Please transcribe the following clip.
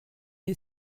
day